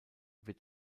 wird